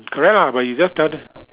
correct lah but you just tell them